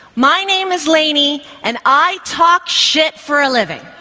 my name is laney and i talk shit for a living.